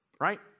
right